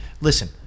Listen